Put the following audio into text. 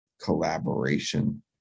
collaboration